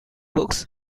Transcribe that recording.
books